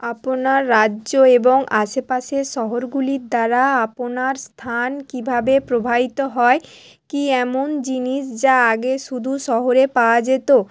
আপনার রাজ্য এবং আশেপাশের শহরগুলির দ্বারা আপনার স্থান কীভাবে প্রভাবিত হয় কী এমন জিনিস যা আগে শুধু শহরে পাওয়া যেত